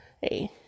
hey